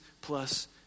plus